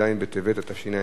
ז' בטבת התשע"ב,